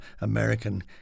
American